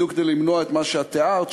בדיוק כדי למנוע את מה שאת תיארת,